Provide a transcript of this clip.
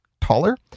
taller